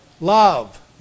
love